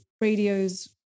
radios